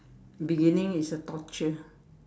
beginning is a torture